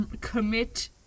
commit